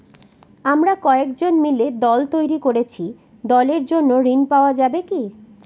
আমরা কয়েকজন মিলে দল তৈরি করেছি দলের জন্য ঋণ পাওয়া যাবে কি?